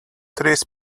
trees